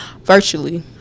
virtually